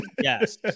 yes